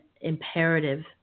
imperative